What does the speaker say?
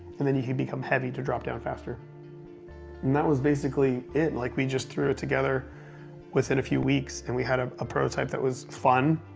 and then he'd become heavy to drop down faster. and that was basically it, like we just threw it together within a few weeks, and we had ah a prototype that was fun.